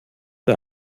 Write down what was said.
der